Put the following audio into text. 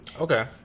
Okay